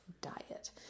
diet